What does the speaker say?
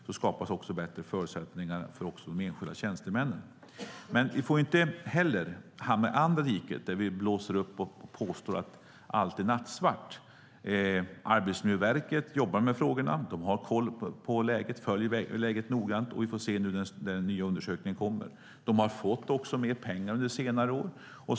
Då skapas också bättre förutsättningar för de enskilda tjänstemännen. Vi får inte heller hamna i andra diket där vi blåser upp och påstår att allt är nattsvart. Arbetsmiljöverket jobbar med frågorna. Det har koll på läget och följer läget noggrant. Vi får se när den nya undersökningen kommer. Det har också fått mer pengar under senare år.